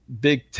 big